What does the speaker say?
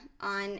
on